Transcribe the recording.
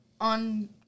on